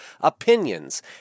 opinions